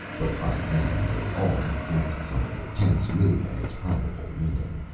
but by then they all had guessed some of the tense mood, and its probable meaning.